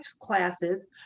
classes